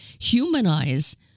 humanize